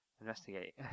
investigate